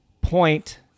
point